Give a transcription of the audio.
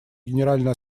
генеральная